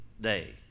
day